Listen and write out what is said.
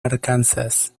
arkansas